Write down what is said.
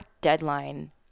deadline